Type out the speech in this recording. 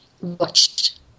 watched